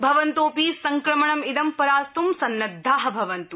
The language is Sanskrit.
भवन्तोऽपि संक्रमणं इदं परास्त् सन्नद्वा भवन्त्